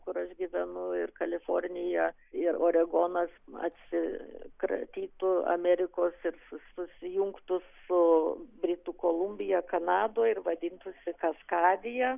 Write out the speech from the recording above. kur aš gyvenu ir kalifornija ir oregonas atsikratytų amerikos ir susijungtų su britų kolumbija kanadoj ir vadintųsi kaskadija